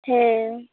ᱦᱮᱸ